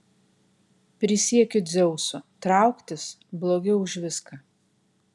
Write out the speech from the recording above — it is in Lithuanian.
prisiekiu dzeusu trauktis blogiau už viską